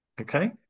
okay